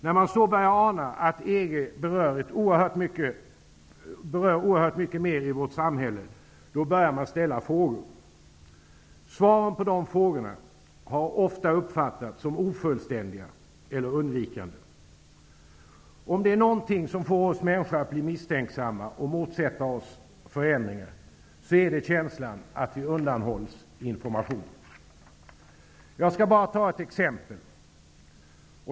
När man så anar att EG berör oerhört mycket mer i vårt samhälle börjar man ställa frågor. Svaren på dessa frågor har ofta uppfattats som ofullständiga eller undvikande. Om det finns någonting som får oss människor att bli misstänksamma och motsätta oss förändringar, så är det känslan av att vi undanhålls information. Jag skall bara ta ett exempel.